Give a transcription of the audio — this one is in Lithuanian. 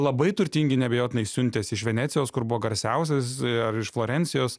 labai turtingi neabejotinai siuntėsi iš venecijos kur buvo garsiausias ar iš florencijos